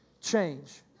change